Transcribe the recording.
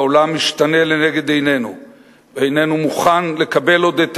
העולם משתנה לנגד עינינו ואיננו מוכן לקבל עוד את